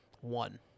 One